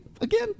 again